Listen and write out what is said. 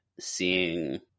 seeing